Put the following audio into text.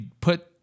put